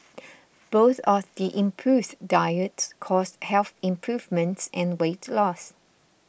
both of the improves diets caused health improvements and weight loss